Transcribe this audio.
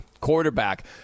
quarterback